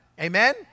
Amen